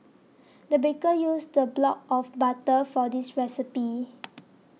the baker used a block of butter for this recipe